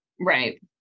Right